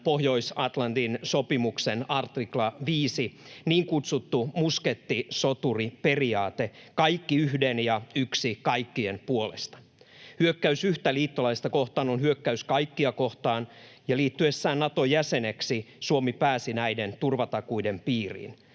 Pohjois-Atlantin sopimuksen artikla 5, niin kutsuttu muskettisoturiperiaate: kaikki yhden ja yksi kaikkien puolesta. Hyökkäys yhtä liittolaista kohtaan on hyökkäys kaikkia kohtaan, ja liittyessään Naton jäseneksi Suomi pääsi näiden turvatakuiden piiriin